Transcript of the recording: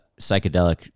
psychedelic